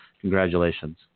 congratulations